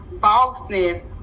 falseness